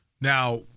Now